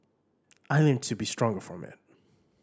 I learnt to be stronger from it